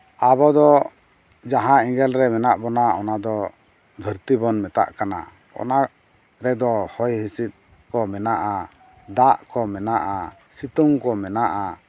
ᱟᱵᱚ ᱫᱚ ᱡᱟᱦᱟᱸ ᱮᱸᱜᱮᱞᱨᱮ ᱢᱮᱱᱟᱜ ᱵᱚᱱᱟ ᱚᱱᱟ ᱫᱚ ᱫᱷᱟᱹᱨᱛᱤ ᱵᱚᱱ ᱢᱮᱛᱟᱜ ᱠᱟᱱᱟ ᱚᱱᱟ ᱨᱮᱫᱚ ᱦᱚᱭᱦᱤᱸᱥᱤᱫᱽ ᱠᱚ ᱢᱮᱱᱟᱜᱼᱟ ᱫᱟᱜ ᱠᱚ ᱢᱮᱱᱟᱜᱼᱟ ᱥᱤᱛᱩᱝ ᱠᱚ ᱢᱮᱱᱟᱜᱼᱟ